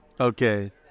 Okay